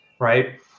right